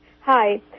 Hi